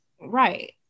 right